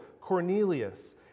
Cornelius